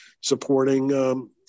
supporting